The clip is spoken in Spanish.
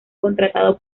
contratado